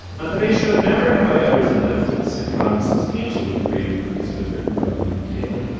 on today's show. never have i ever as a netflix sitcom substantially created, produced and written by mindy kaling. and